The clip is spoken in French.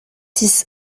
six